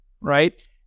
right